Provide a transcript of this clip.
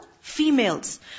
females